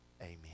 Amen